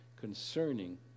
concerning